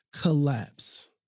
collapse